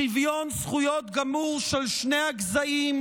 שוויון זכויות גמור של שני הגזעים,